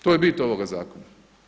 To je bit ovoga zakona.